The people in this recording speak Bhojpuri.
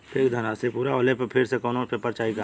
फिक्स धनराशी पूरा होले पर फिर से कौनो पेपर चाही का?